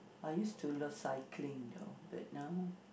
I used to love cycling though but now